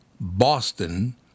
Boston